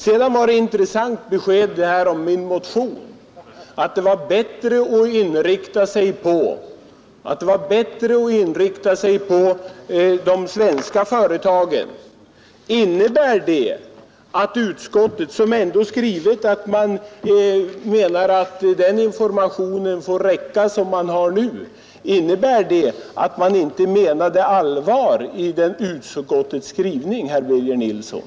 Det var ett intressant besked om min motion, att flyttningsinsatserna i första hand skall inriktas på svenska företag. Innebär det att utskottet, som ändå skrivit att det förutsätter att information bedrivs, inte menade allvar med sin skrivning, herr Birger Nilsson?